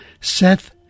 Seth